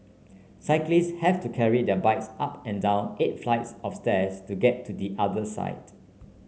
cyclists have to carry their bikes up and down eight flights of stairs to get to the other side